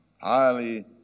Highly